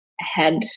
ahead